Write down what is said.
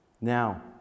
Now